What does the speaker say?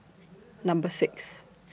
Number six